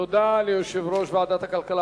תודה ליושב-ראש ועדת הכלכלה,